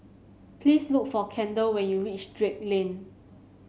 please look for Kendal when you reach Drake Lane